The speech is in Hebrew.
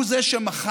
הוא זה שמכר